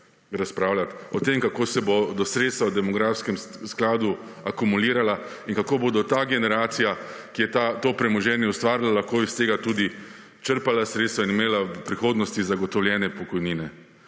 razpravljati. O tem, kako se bodo sredstva v demografskem skladu akumulirala in kako bo ta generacija, ki je to premoženje ustvarila, lahko iz tega tudi črpala sredstva in imela v prihodnosti zagotovljene pokojnine.